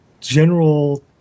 general